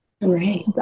right